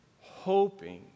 hoping